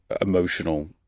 emotional